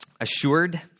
assured